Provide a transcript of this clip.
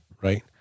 right